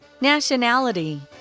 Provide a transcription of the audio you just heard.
Nationality